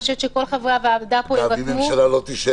אני חושבת שכל חברי הכנסת פה יירתמו --- אם הממשלה לא תישאר,